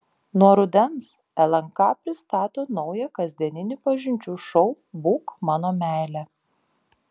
nuo rudens lnk pristato naują kasdieninį pažinčių šou būk mano meile